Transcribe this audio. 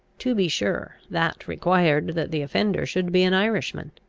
to be sure, that required that the offender should be an irishman.